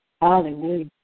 Hallelujah